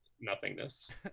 nothingness